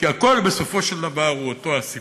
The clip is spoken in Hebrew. כי הכול בסופו של דבר הוא אותו הסיפור,